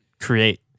create